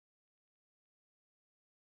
ya brown ship ya but what